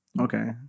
Okay